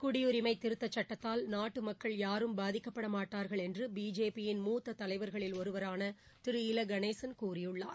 குடியுரிமை திருத்தச்சுட்டத்தால் நாட்டு மக்கள் யாரும் பாதிக்கப்படமாட்டார்கள் என்று பிஜேபி யின் மூத்த தலைவர்களில் ஒருவரான திரு இல கணேசன் கூறியுள்ளார்